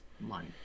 money